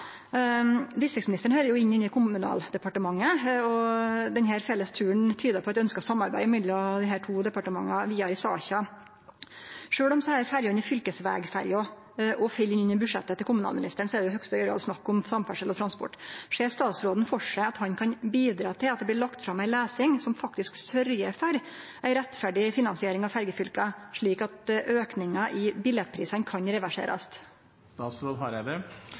Distriktsministeren høyrer jo inn under Kommunaldepartementet, og denne fellesturen tyder på eit ønskt samarbeid mellom desse to departementa vidare i saka. Sjølv om desse ferjene er fylkesvegferjer og fell inn under budsjettet til kommunalministeren, er det i høgste grad snakk om samferdsel og transport. Ser statsråden for seg at han kan bidra til at det blir lagt fram ei løysing som faktisk sørgjer for ei rettferdig finansiering av ferjefylka, slik at aukinga i billettprisane kan reverserast? Eg har